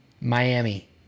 Miami